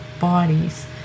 bodies